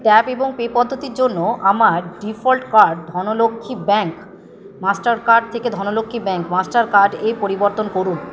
tap এবং pay পদ্ধতির জন্য আমার default card Dhanlaxmi bank Mastercard Dhanlaxmi bank Mastercard পরিবর্তন করুন